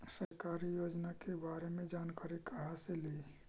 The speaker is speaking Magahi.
सरकारी योजना के बारे मे जानकारी कहा से ली?